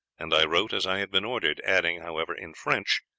and i wrote as i had been ordered, adding however, in french,